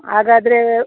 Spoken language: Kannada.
ಹಾಗಾದ್ರೇ